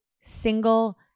single